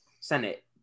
Senate